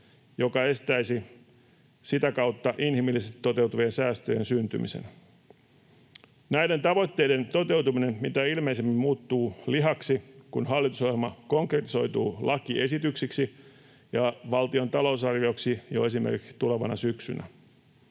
mikä estäisi sitä kautta inhimillisesti toteutuvien säästöjen syntymisen. Näiden tavoitteiden toteutuminen mitä ilmeisemmin muuttuu lihaksi, kun hallitusohjelma konkretisoituu lakiesityksiksi ja valtion talousarvioksi esimerkiksi jo tulevana syksynä.